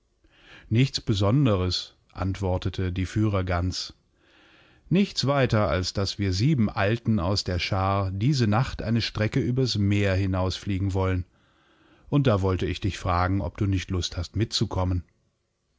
nichts besonderes antwortete die führergans nichts weiter als daß wir sieben alten aus der schar diese nacht eine strecke übers meer hinausfliegen wollen und da wollteichdichfragen obdunichtlusthast mitzukommen